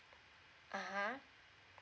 ah